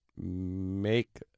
make